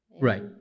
Right